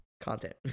content